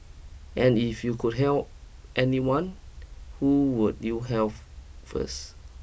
and if you could heal anyone who would you health first